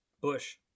Bush